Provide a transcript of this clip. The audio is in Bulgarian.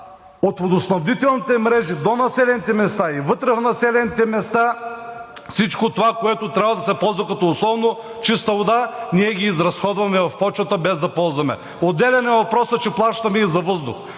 от водоснабдителните мрежи до населените места – и вътре в населените места, всичко това, което трябва да се ползва като условно чиста вода, ние го изразходваме в почвата, без да я ползваме. Отделен е въпросът, че плащаме и за въздух.